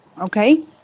Okay